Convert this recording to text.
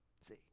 See